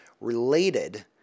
related